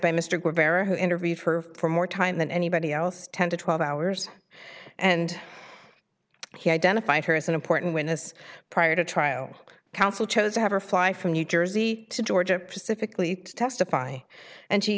vera who interviewed her for more time than anybody else ten to twelve hours and he identified her as an important witness prior to trial counsel chose to have her fly from new jersey to georgia pacifically to testify and she